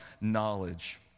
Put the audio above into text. knowledge